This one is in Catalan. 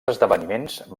esdeveniments